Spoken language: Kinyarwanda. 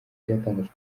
byatangajwe